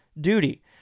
duty